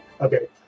Okay